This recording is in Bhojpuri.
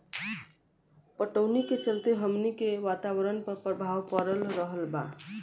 पटवनी के चलते हमनी के वातावरण पर प्रभाव पड़ रहल बा